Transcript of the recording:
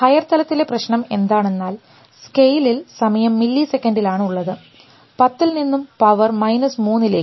higher തലത്തിലെ പ്രശ്നം എന്താണെന്നാൽ സ്കെയിൽ സമയം മില്ലിസെക്കൻഡിലാണ് ഉള്ളത് 10 നിന്നും പവർ മൈനസ് 3 ലേക്ക്